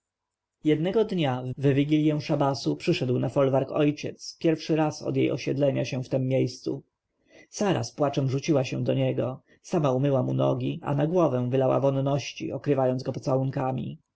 jednego dnia w wigilję szabasu przyszedł na folwark ojciec pierwszy raz od jej osiedlenia się w tem miejscu sara z płaczem rzuciła się do niego sama umyła mu nogi a na głowę wylała wonności okrywając go pocałunkami